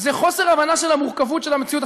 זה חוסר הבנה של המורכבות של המציאות.